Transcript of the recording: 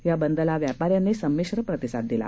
या बंदला व्यापाऱ्यांनी संमिश्र प्रतिसाद दिला